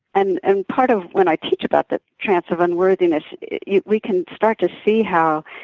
and and part of when i teach about the trance of unworthiness yeah we can start to see how,